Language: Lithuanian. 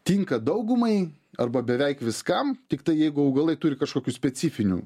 tinka daugumai arba beveik viskam tiktai jeigu augalai turi kažkokių specifinių